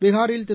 பீகாரில் திரு